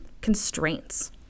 constraints